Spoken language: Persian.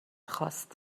خواست